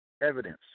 evidence